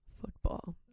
football